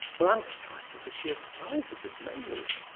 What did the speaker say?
well, i'm surprised at the sheer size of this main room.